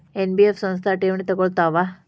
NBF ಸಂಸ್ಥಾ ಠೇವಣಿ ತಗೋಳ್ತಾವಾ?